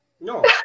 No